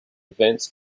events